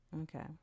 Okay